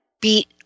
Beat